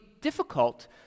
difficult